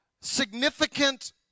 significant